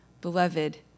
beloved